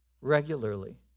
regularly